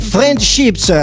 Friendships